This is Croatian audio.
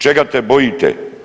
Čega se bojite?